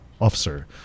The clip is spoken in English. officer